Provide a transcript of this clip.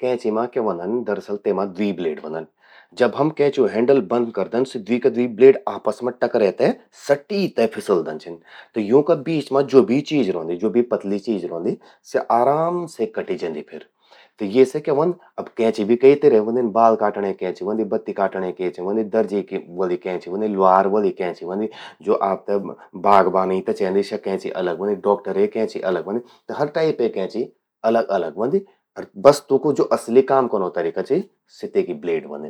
कैंची मां क्य व्हंद, तेमा दरअसल द्वी ब्लेड व्हंदन। जब हम कैंच्या हैंडल ते बंद करदन त सि ब्लेड आपस में टकरे ते सटी ते फिसलदन छिन। त यूंका बीच मां ज्वो भी चीज रौंदी, ज्वो भी पतली चीज रौंदि, स्या आराम से कटि जंदि। त येसे क्या व्हंद...आब कैंची भी के तिरे ह्वंदिन, जन बाल काटणें कैंची ह्वंदि, दर्जी वलि कैंची ह्वंदि, ल्वार वलि कैंची व्हंदि, ज्वो आपते बागवानी ते चेंदि स्य कैंचि अलग ह्वोंदि, डॉक्टर कैंची अलग व्हंदि। त हर टाइपे कैंची अलग-अलग व्हंदि। बस तूंकू ज्वो असली काम कनौ तरीका चि, स्या तेकि ब्लेड व्हंदिन।